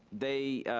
they,